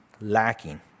lacking